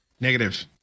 negative